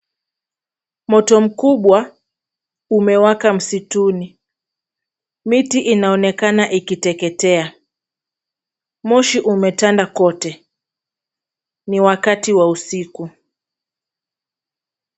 Moto mkubwa umewaka msituni. Miti inaonekana ikiteketea. Moshi umetanda kote. Ni wakati wa usiku.